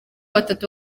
batatu